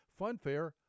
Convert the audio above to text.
Funfair